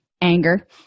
anger